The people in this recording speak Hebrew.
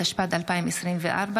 התשפ"ד 2024,